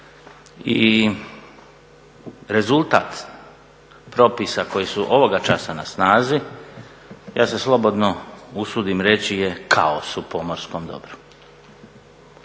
i rezultat propisa koji su ovoga časa na snazi, ja se slobodno usudim reći, je kaos u pomorskom dobru.